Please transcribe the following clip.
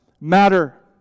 matter